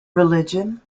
religion